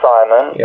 Simon